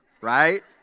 right